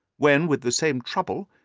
when, with the same trouble,